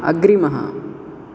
अग्रिमः